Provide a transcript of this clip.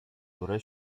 które